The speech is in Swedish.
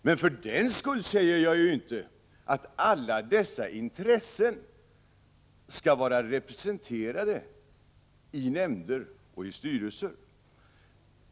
Men för den skull säger jag inte att alla dessa intressen skall vara representerade i nämnder och styrelser.